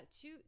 two